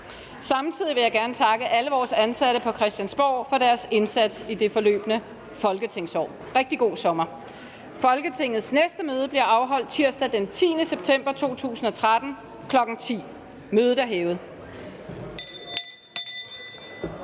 Samtidig vil jeg gerne takke alle vores ansatte på Christiansborg for deres indsats i det forløbne folketingsår. Rigtig god sommer! Der er ikke mere at foretage i dette møde. Folketingets næste møde afholdes tirsdag den 10. september 2013, kl. 10.00. Mødet er hævet.